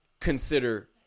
consider